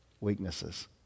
weaknesses